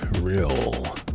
real